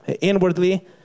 Inwardly